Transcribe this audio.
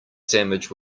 sandwich